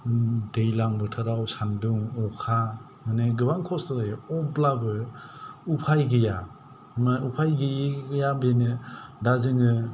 दैलां बोथोराव सान्दुं अखा माने गोबां खस्थ' जायो अब्लाबो उफाय गैया माने उफाय गैयिया बेनो दा जोङो